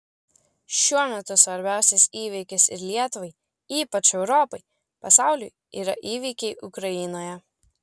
šiuo metu svarbiausias įvykis ir lietuvai ypač europai pasauliui yra įvykiai ukrainoje